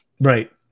Right